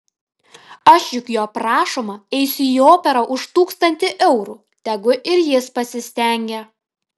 aš juk jo prašoma eisiu į operą už tūkstantį eurų tegu ir jis pasistengia